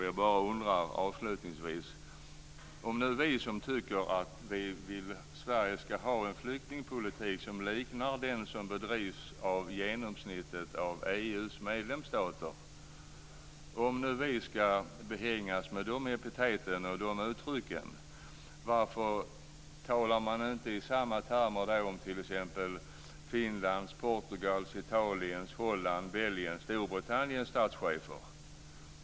Jag undrar bara avslutningsvis: Om nu vi som tycker att Sverige ska ha en flyktingpolitik som liknar den som bedrivs i genomsnittet av EU:s medlemsländer ska behängas med de epiteten och de uttrycken, varför talar man då inte i samma termer om t.ex. Finlands, Portugals, Italiens, Hollands, Belgiens och Storbritanniens statschefer?